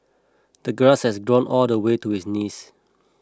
the grass had grown all the way to his knees